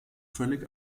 völlig